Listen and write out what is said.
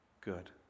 Good